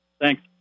Thanks